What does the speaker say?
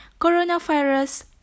coronavirus